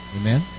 Amen